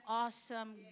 awesome